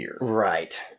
Right